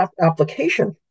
application